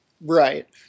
Right